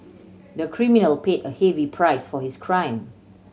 the criminal paid a heavy price for his crime